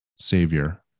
Savior